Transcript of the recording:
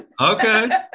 okay